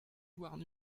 warn